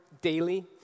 daily